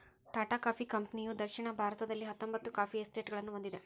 Tata coffee ಕಂಪನಿಯುದಕ್ಷಿಣ ಭಾರತದಲ್ಲಿಹತ್ತೊಂಬತ್ತು coffee ಎಸ್ಟೇಟ್ಗಳನ್ನು ಹೊಂದಿದೆ